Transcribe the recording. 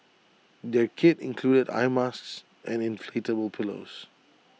their kit included eye masks and inflatable pillows